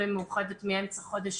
"מאוחדת", הקימה מאמצע